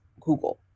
Google